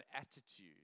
attitude